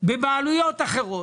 בבעלויות אחרות.